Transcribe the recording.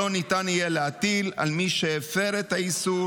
שאותו ניתן יהיה להטיל על מי שהפר את האיסור